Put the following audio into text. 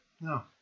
no